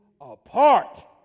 apart